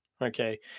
Okay